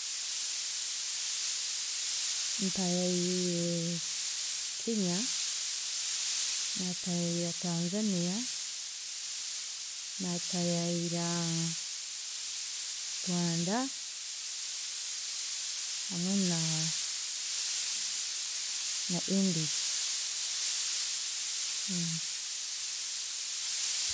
Ntayaire Kenya, naatayaira Tanzania, naatayaira Rwanda, hamwe na- na India.